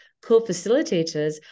co-facilitators